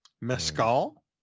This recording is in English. Mescal